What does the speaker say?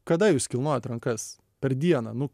kada jūs kilnojot rankas per dieną nu